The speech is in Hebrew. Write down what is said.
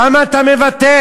למה אתה מוותר?